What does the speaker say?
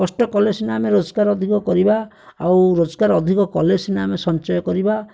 କଷ୍ଟ କଲେ ସିନା ଆମେ ରୋଜଗାର ଅଧିକ କରିବା ଆଉ ରୋଜଗାର ଅଧିକ କଲେ ସିନା ଆମେ ସଞ୍ଚୟ କରିବା